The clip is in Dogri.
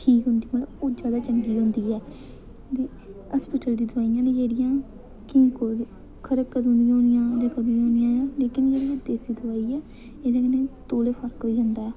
ओह् जैदा चंगी होंदी ऐ हास्पिटल दियां दोआइयां न जेह्ड़ियां खरै कदूं दियां होनियां लेकिन जेह्ड़ी देसी दोआई ऐ एह्दे कन्नै तौले फर्क होई जंदा ऐ